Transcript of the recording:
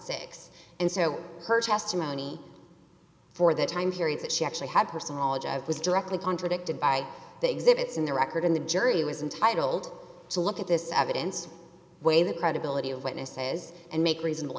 six and so her testimony for the time period that she actually had personal knowledge of was directly contradicted by the exhibits in the record in the jury was entitled to look at this evidence weigh the credibility of witnesses and make reasonable